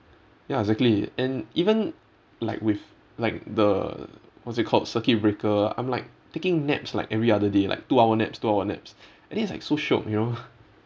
ya exactly and even like with like the what's it called circuit breaker I'm like taking naps like every other day like two hour naps two hour naps I think it's like so shiok you know